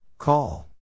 Call